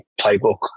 Playbook